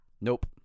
nope